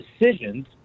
decisions